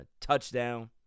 touchdown